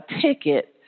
ticket